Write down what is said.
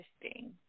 interesting